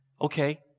Okay